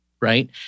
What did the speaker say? right